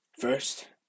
first